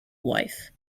wife